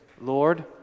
Lord